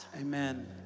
Amen